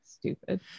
stupid